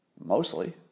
Mostly